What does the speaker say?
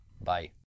Bye